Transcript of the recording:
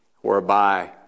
whereby